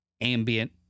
ambient